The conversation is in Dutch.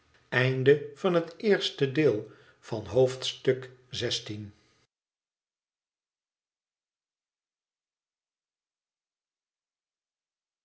hoofdstuk van het eerste deel van het